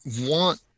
want